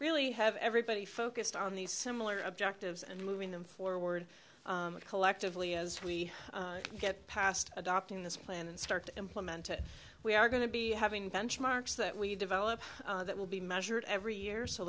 have everybody focused on these similar objectives and moving them forward collectively as we get past adopting this plan and start to implement it we are going to be having benchmarks that we developed that will be measured every year s